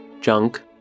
Junk